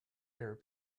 their